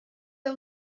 der